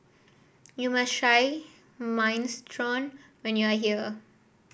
you must try Minestrone when you are here